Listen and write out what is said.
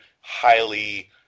highly